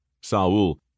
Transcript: Saul